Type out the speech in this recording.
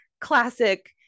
classic